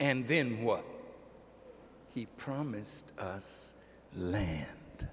and then what he promised us land